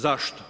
Zašto?